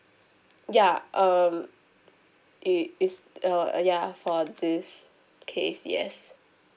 ya um it it's uh ya for this case yes